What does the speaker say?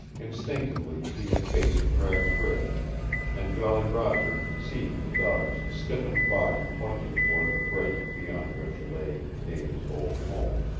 instinctively he had faced cragg's ridge and jolly roger, seeing the dog's stiffened body pointing toward the break beyond which lay nada's old home,